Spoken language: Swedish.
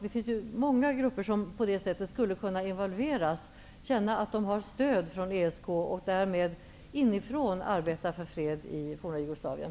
Det finns många grupper som på detta sätt skulle kunna involveras, om de fick känna att de har stöd från ESK, och därmed inifrån arbeta för fred i det forna Jugoslavien.